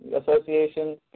Association